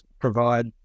provide